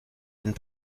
einen